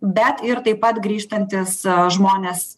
bet ir taip pat grįžtantys žmonės